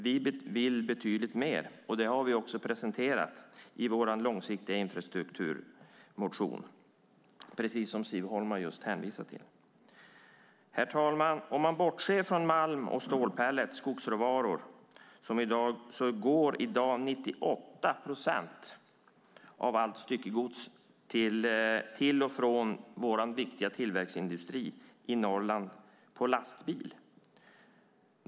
Vi vill betydligt mer, och det har vi också presenterat i vår långsiktiga infrastrukturmotion, som Siv Holma just hänvisade till. Herr talman! Om man bortser från malm och stål, pellets och skogsråvaror går i dag 98 procent av allt styckegods till och från vår viktiga tillväxtindustri i Norrland på lastbil.